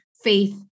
faith